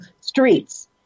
streets